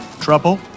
Trouble